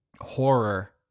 horror